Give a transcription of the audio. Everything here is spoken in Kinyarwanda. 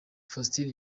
faustin